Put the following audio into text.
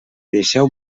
deixeu